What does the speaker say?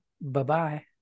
Bye-bye